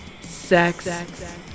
sex